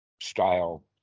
style